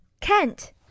kent